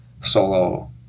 solo